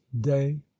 day